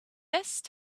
best